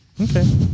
Okay